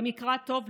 במקרה הטוב,